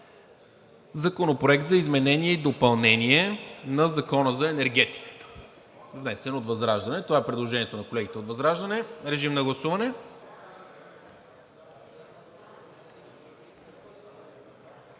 Законопроекта за изменение и допълнение на Закона за енергетиката, внесен от ВЪЗРАЖДАНЕ. Това е предложението на колегите от ВЪЗРАЖДАНЕ. Режим на гласуване.